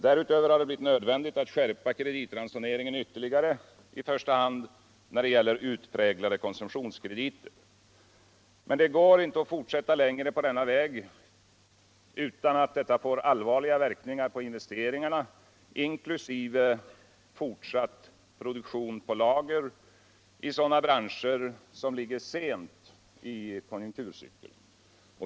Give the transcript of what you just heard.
Därutöver har det blivit nödvändigt att skärpa kreditransoneringen ytterligare. i första hand när det gäller utpräglade konsumtionskrediter. Men det går inte att fortsätta längre på denna väg utan a dev får allvarliga verkningar på investeringarna, inkl. fortsatt produktion på lager i sådana branscher som ligger sent i konjunktureykeln.